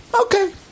Okay